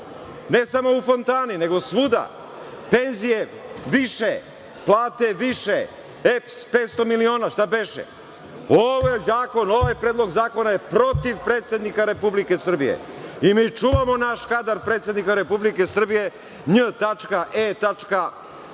ne samo u fontani, nego svuda, penzije više, plate više, EPS 500 miliona, šta beše? Ovaj zakon, ovaj predlog zakona, je protiv predsednika Republike Srbije. Mi čuvamo naš kadar predsednika Republike Srbije, NJ.E.